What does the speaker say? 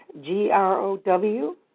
g-r-o-w